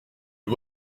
les